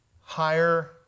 higher